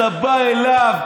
אתה בא אליו,